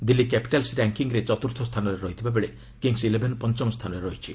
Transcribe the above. Delhi Capitals ର୍ୟାଙ୍କିରେ ଚତୁର୍ଥ ସ୍ଥାନ ରହିଥିବାବେଳେ କିଙ୍ଗ୍ସ ଇଲେଭେନ ପଞ୍ଚମ ସ୍ଥାନରେ ରହିଛି